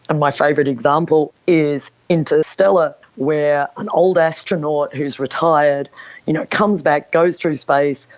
and my favourite example is interstellar where an old astronaut who has retired you know comes back, goes through space,